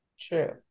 True